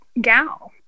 gal